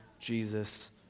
Jesus